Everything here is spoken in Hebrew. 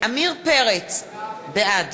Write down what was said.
עמיר פרץ, בעד